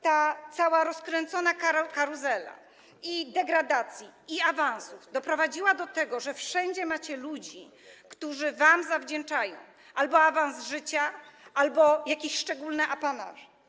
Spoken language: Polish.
Ta cała rozkręcona karuzela degradacji i awansów doprowadziła do tego, że wszędzie macie ludzi, którzy wam zawdzięczają albo awans życia, albo jakieś szczególne apanaże.